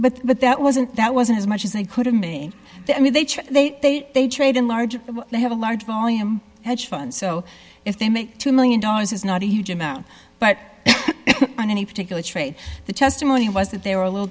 short but that wasn't that wasn't as much as they could have me i mean they try they they they trade in large they have a large volume hedge fund so if they make two million dollars is not a huge amount but on any particular trade the testimony was that they were a little